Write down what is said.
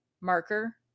marker